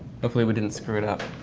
hopefully we didn't screw it up.